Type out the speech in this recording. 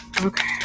Okay